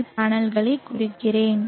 we பேனல்களைக் குறிக்கிறேன்